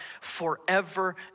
forever